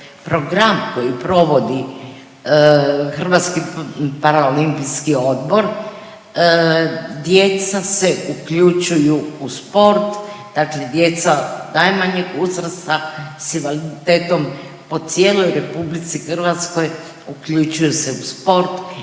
program koji provodi Hrvatski paraolimpijski odbor, djeca se uključuju u sport, dakle djeca najmanjeg uzrasta s invaliditetom po cijeloj RH uključuju se u sport